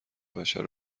بشر